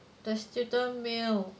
the student meal